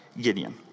Gideon